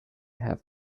have